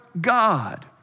God